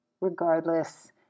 regardless